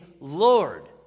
Lord